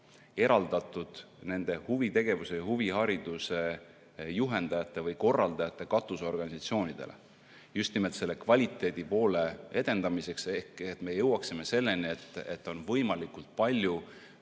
eraldatud huvitegevuse ja huvihariduse juhendajate või korraldajate katusorganisatsioonidele just nimelt selle kvaliteedipoole edendamiseks. Seda selleks, et me jõuaksime selleni, et on võimalikult palju